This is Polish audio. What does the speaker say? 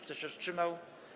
Kto się wstrzymał?